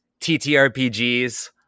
TTRPGs